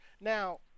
Now